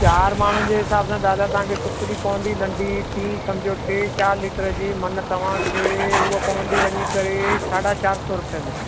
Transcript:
चार माण्हुनि जे हिसाब सां दादा तव्हांखे सिपिरी पवंदी नंढी टीं सम्झो टे चार लीटर जी माना तव्हांखे हूअ पवंदी वञी करे साढा चार सौ रुपए में